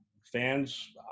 Fans